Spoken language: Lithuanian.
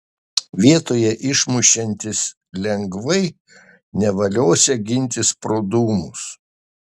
vietoj išmušiantis lengvai nevaliosią gintis pro dūmus